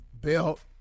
belt